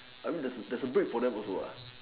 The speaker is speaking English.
I mean there's a bag for them also